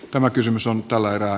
tämä kysymys on tällä erää